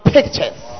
Pictures